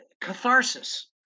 catharsis